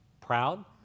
Proud